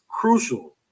crucial